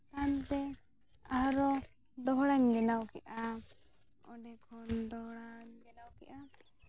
ᱦᱟᱱᱛᱮ ᱟᱨᱚ ᱫᱚᱦᱲᱟᱧ ᱵᱮᱱᱟᱣ ᱠᱮᱜᱼᱟ ᱚᱸᱰᱮ ᱠᱷᱚᱱ ᱫᱚᱦᱲᱟ ᱵᱮᱱᱟᱣ ᱠᱮᱫᱼᱟ